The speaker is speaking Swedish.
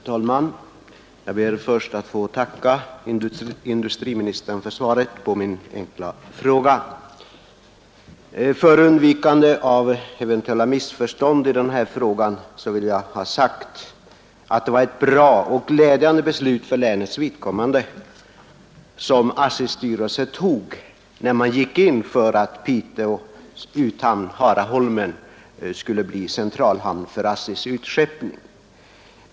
Herr talman! Jag ber först att få tacka industriministern för svaret på min enkla fråga. För undvikande av eventuella missförstånd i denna fråga vill jag ha sagt att det var ett för länets vidkommande bra och glädjande beslut som ASSI:s styrelse tog när man gick in för att Piteås uthamn, Haraholmen, skulle bli centralhamn för ASSI:s utskeppning.